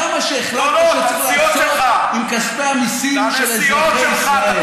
זה מה שהחלטתם לעשות עם כספי המיסים של אזרחי ישראל.